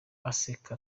aseka